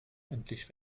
endlich